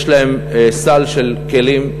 יש להם סל של כלים.